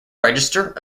register